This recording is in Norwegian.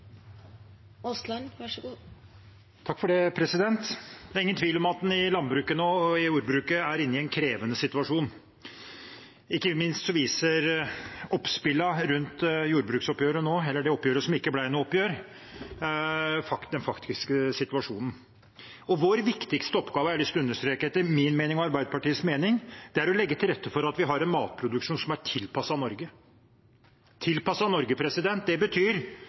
inne i en krevende situasjon, ikke minst viser oppspillene rundt jordbruksoppgjøret – eller det oppgjøret som ikke ble noe oppgjør – den faktiske situasjonen. Vår viktigste oppgave – det har jeg lyst til å understreke – er etter min og Arbeiderpartiets mening å legge til rette for at vi har en matproduksjon som er tilpasset Norge. Tilpasset Norge betyr at vi må ha et landbruk som er over hele landet, men som også utnytter de marginale ressursene som er rundt omkring. Når representanter går på talerstolen og sier at størrelsen og det